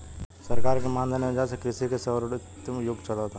सरकार के मान धन योजना से कृषि के स्वर्णिम युग चलता